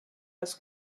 was